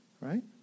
Right